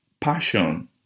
passion